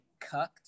cucked